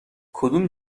کدوم